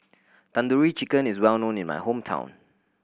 Tandoori Chicken is well known in my hometown